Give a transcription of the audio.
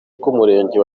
bw’umurenge